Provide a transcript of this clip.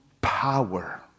power